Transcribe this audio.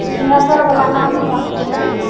सिँहेश्वरवला नामी गामी छै